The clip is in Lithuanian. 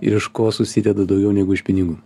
ir iš ko susideda daugiau negu iš pinigų